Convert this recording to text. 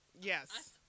Yes